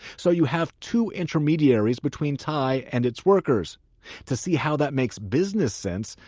so you have two intermediaries between ty and its workers to see how that makes business sense,